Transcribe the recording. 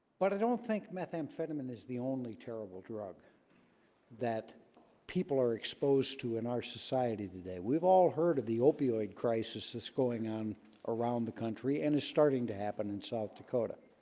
but i don't think methamphetamine is the only terrible drug that people are exposed to in our society today. we've all heard of the opioid crisis that's going on around the country and is starting to happen in south dakota